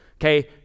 okay